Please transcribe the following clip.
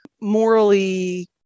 morally